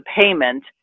payment